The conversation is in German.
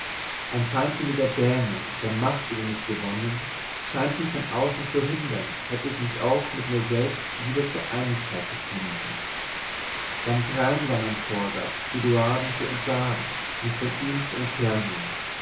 ein feindseliger dämon der macht über mich gewonnen scheint mich von außen zu hindern hätte ich mich auch mit mir selbst wieder zur einigkeit gefunden ganz rein war mein vorsatz eduarden zu entsagen mich von ihm zu entfernen